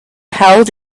held